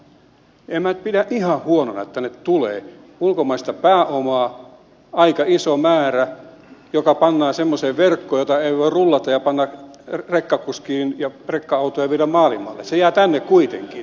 en minä sitä nyt ihan huonona pidä että tänne tulee aika iso määrä ulkomaista pääomaa joka pannaan semmoiseen verkkoon jota ei voi rullata ja panna rekkakuskille rekka autoon ja viedä maailmalle